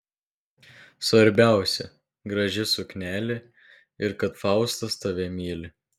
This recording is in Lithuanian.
svarbiausia graži suknelė ir kad faustas tave myli